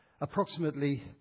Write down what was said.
approximately